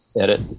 edit